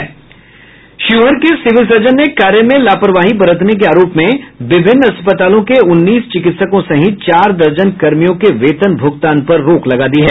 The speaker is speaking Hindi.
शिवहर के सिविल सर्जन ने कार्य में लापरवाही बरतने के आरोप में विभिन्न अस्पतालों के उन्नीस चिकित्सकों सहित चार दर्जन कर्मियों के वेतन भूगतान पर रोक लगा दी है